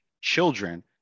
children